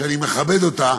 שאני מכבד אותה,